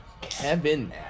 Kevin